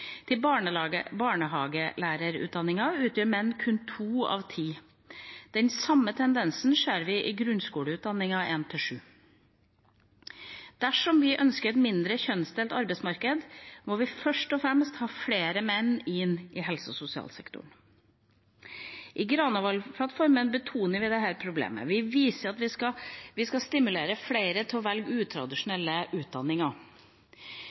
til sykepleierutdanningen for 2018. Til barnehagelærerutdanningen utgjør menn kun to av ti. Den samme tendensen ser vi i grunnskolelærerutdanningen for 1.–7. trinn. Dersom vi ønsker et mindre kjønnsdelt arbeidsmarked, må vi først og fremst ha flere menn inn i helse- og sosialsektoren. I Granavolden-plattformen betoner vi dette problemet. Vi viser at vi skal stimulere flere til å velge utradisjonelle utdanninger